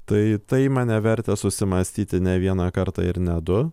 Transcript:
tai tai mane vertė susimąstyti ne vieną kartą ir ne du